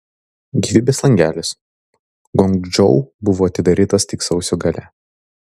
gyvybės langelis guangdžou buvo atidarytas tik sausio gale